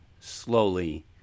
slowly